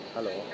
Hello